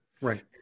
Right